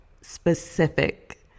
specific